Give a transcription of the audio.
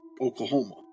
Oklahoma